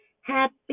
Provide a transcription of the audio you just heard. Happy